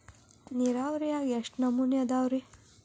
ನೇರಾವರಿಯಾಗ ಎಷ್ಟ ನಮೂನಿ ಅದಾವ್ರೇ?